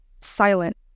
silent